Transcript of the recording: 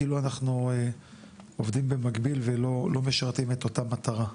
כאילו אנחנו עובדים במקביל ולא משרתים את אותה מטרה.